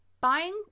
buying